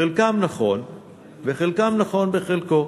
חלק נכון וחלק נכון בחלקו,